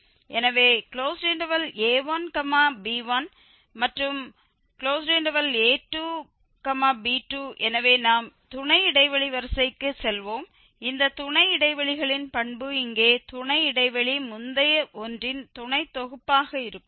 எனவே a1 b1 மற்றும் a2 b2 எனவே நாம் துணை இடைவெளிவரிசைக்கு செல்வோம் இந்த துணை இடைவெளிகளின் பண்பு இங்கே துணை இடைவெளி முந்தைய ஒன்றின் துணைதொகுப்பாக இருக்கும்